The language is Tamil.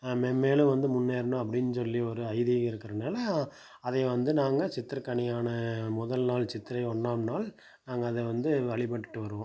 மென்மேலும் வந்து முன்னேறணும் அப்படின்னு சொல்லி ஒரு ஐதீகம் இருக்கிறனால அதை வந்து நாங்கள் சித்திரக்கனியான முதல் நாள் சித்திரை ஒன்றாம் நாள் நாங்கள் அதை வந்து வழிபட்டுகிட்டு வருவோம்